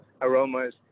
aromas